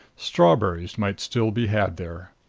strawberries might still be had there.